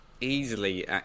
easily